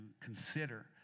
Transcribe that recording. consider